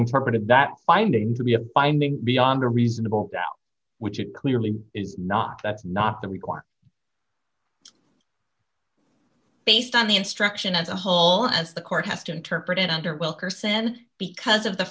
interpret it that finding to be a finding beyond a reasonable doubt which it clearly is not that's not the required based on the instruction as a whole as the court has to interpret it under wilkerson because of the